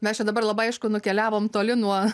mes čia dabar labai aišku nukeliavom toli nuo